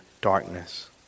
darkness